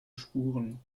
spuren